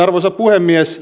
arvoisa puhemies